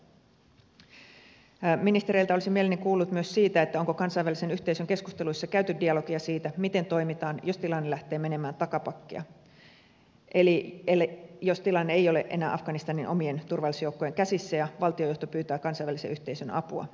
ministereiltä olisin mielelläni kuullut myös siitä onko kansainvälisen yhteisön keskusteluissa käyty dialogia siitä miten toimitaan jos tilanne lähtee menemään takapakkia eli jos tilanne ei ole enää afganistanin omien turvallisuusjoukkojen käsissä ja valtionjohto pyytää kansainvälisen yhteisön apua